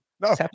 no